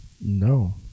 No